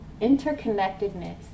interconnectedness